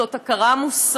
זאת הכרה מוסרית,